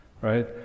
right